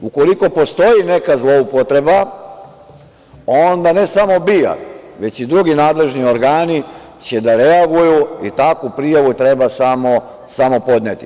Ukoliko postoji neka zloupotreba, onda ne samo BIA, već i drugi nadležni organi će da reaguju i takvu prijavu treba samo podneti.